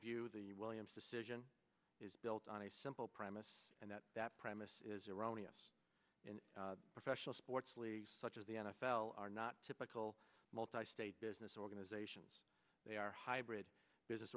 view the williams decision is built on a simple premise and that that premise is erroneous in professional sports such as the n f l are not typical multi state business organizations they are hybrid business